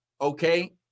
Okay